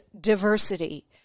diversity